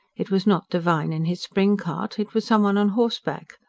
it was not devine in his spring-cart it was some one on horseback,